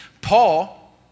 Paul